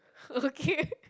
ok